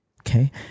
okay